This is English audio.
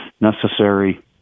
necessary